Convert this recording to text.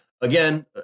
Again